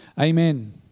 Amen